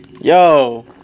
Yo